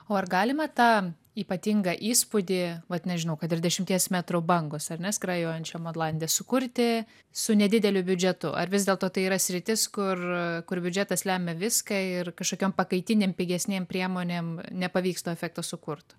o ar galime tą ypatingą įspūdį vat nežinau kad ir dešimties metrų bangos ar ne skrajojančiam olande sukurti su nedideliu biudžetu ar vis dėlto tai yra sritis kur kur biudžetas lemia viską ir kažkokiom pakaitinėm pigesnėm priemonėm nepavyks to efekto sukurt